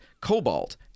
cobalt